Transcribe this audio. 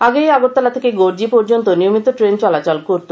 আগেই আগরতলা থেকে গর্জি পর্যন্ত নিয়মিত ট্রেন চলাচল করতো